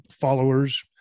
followers